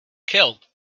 killed